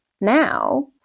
now